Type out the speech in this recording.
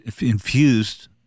infused